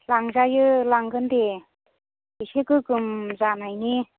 लांजायो लांगोन दे एसे गोगोम जानायनि